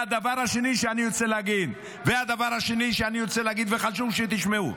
--- והדבר השני שאני רוצה להגיד, וחשוב שתשמעו,